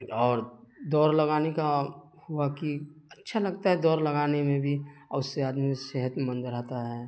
اور دوڑ لگانے کا ہوا کہ اچھا لگتا ہے دوڑ لگانے میں بھی اس سے آدمی صحت مند رہتا ہے